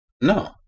No